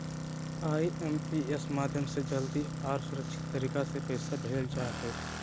IMPS माध्यम से जल्दी आर सुरक्षित तरीका से पैसा भेजल जा हय